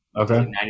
Okay